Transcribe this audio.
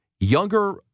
Younger